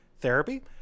therapy